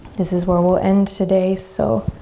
this is where we'll end today, so,